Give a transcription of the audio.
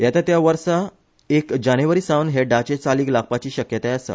येतात्या वर्सा एक जानेवारीसावन हे ढाचे चालीक लागपाची शक्यताय आसा